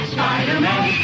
Spider-Man